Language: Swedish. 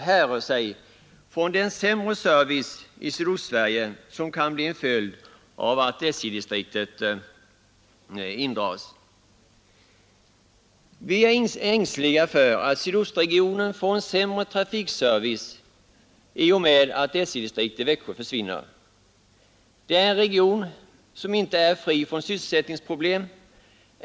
Men vi är ängsliga för att sydostregionen får en sämre trafikservice i och med att distriktsexpeditionen i Växjö försvinner. Denna region är inte fri från sysselsättningsproblem.